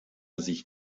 sich